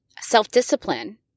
self-discipline